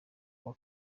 uwa